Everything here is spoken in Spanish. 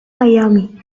miami